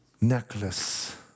necklace